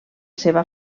seva